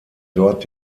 dort